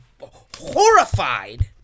horrified